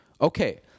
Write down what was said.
Okay